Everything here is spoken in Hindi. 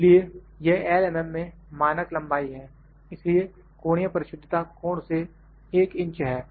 इसलिए यह L mm में मानक लंबाई है इसलिए कोणीय परिशुद्धता कोण से 1" है